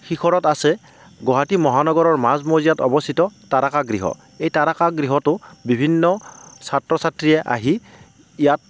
শিখৰত আছে গুৱাহাটী মহানগৰৰ মাজ মজিয়াত অৱস্থিত তাৰকাগৃহ এই তাৰকাগৃহটো বিভিন্ন ছাত্ৰ ছাত্ৰীয়ে আহি ইয়াক